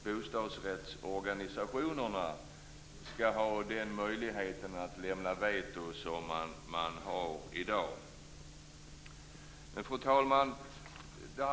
Bostadsrättsorganisationerna skall inte ha den möjlighet att lämna veto som de har i dag. Fru talman!